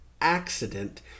accident